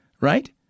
Right